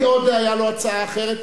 מי עוד היתה לו הצעה אחרת?